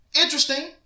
Interesting